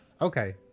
okay